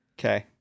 Okay